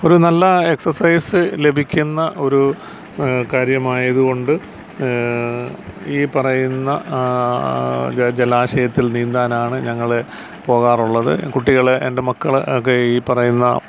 ഒരു നല്ല എക്സസൈസ് ലഭിക്കുന്ന ഒരു കാര്യമായത് കൊണ്ട് ഈ പറയുന്ന ജലാശയത്തിൽ നീന്താനാണ് ഞങ്ങൾ പോകാറുള്ളത് കുട്ടികളെ എൻ്റെ മക്കളെ ഒക്കെ ഈ പറയുന്ന